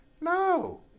No